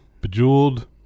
Bejeweled